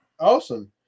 awesome